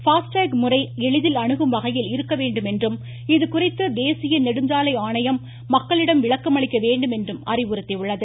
FASTag முறை எளிதில் அணுகும் வகையில் இருக்கவேண்டும் என்றும் இதுகுறித்து தேசிய நெடுஞ்சாலை ஆணையம் மக்களிடம் விளக்கம் அளிக்கவேண்டும் என்றும் அறிவுறுத்தியுள்ளது